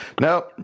No